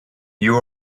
you